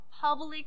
public